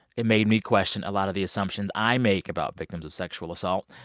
it made me question a lot of the assumptions i make about victims of sexual assault.